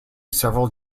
several